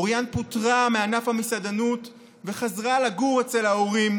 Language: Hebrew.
אוריאן פוטרה מענף המסעדנות וחזרה לגור אצל ההורים,